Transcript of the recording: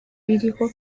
iriho